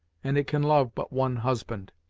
and it can love but one husband.